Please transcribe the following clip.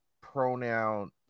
pronoun